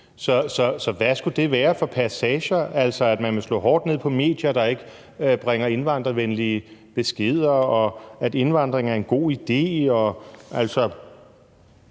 Så hvad skulle det være for passager? Altså, man vil slå hårdt ned på medier, der ikke bringer indvandrervenlige beskeder, og indvandring er en god idé.